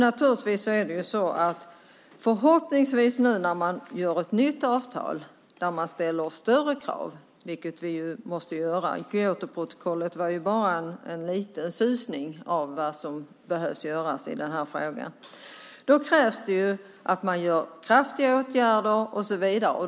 När man nu gör ett nytt avtal, där man ställer större krav, vilket man måste göra - Kyotoprotokollet var ju bara en liten susning av vad som behöver göras i frågan - krävs det kraftiga åtgärder och så vidare.